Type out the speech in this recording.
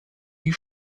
die